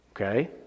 okay